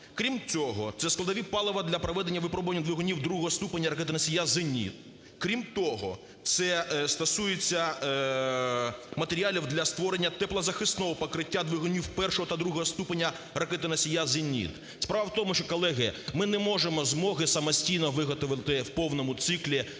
Крім цього, це складові палива для проведення випробування двигунів другого ступеня ракети-носія "Зеніт". Крім того, це стосується матеріалів для створення теплозахисного покриття двигунів першого та другого ступеня ракети-носія "Зеніт". Справа в тому, що, колеги, ми не можемо змоги самостійно виготовити в повному циклі цей